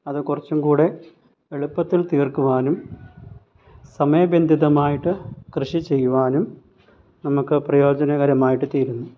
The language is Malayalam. അത് കുറച്ചുംകൂടെ എളുപ്പത്തിൽ തീർക്കുവാനും സമയബന്ധിതമായിട്ട് കൃഷി ചെയ്യുവാനും നമുക്ക് പ്രയോജനകരമായിട്ട് തീരുന്നു